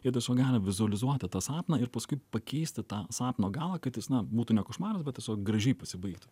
jie tiesiog gali vizualizuoti tą sapną ir paskui pakeisti tą sapno galą kad jis na būtų ne košmaras bet tiesiog gražiai pasibaigtų